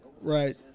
Right